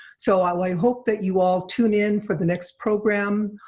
so i hope that you all tune in for the next program,